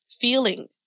feeling